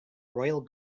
royal